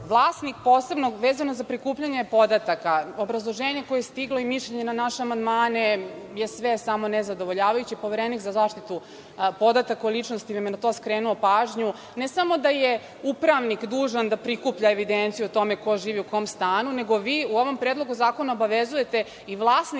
vlasnik posebno, vezano za prikupljanje podataka, obrazloženje koje je stiglo i mišljenje na naše amandmane je, sve samo ne zadovoljavajuće, poverenik za zaštitu podataka o ličnosti nam je na to skrenuo pažnju, ne samo da je upravnik dužan da prikuplja evidenciju o tome ko živi u kom stanu, nego vi u ovom Predlogu zakona obavezujete i vlasnika